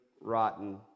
rotten